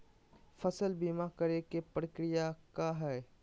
फसल बीमा करे के प्रक्रिया का हई?